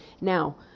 Now